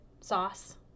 sauce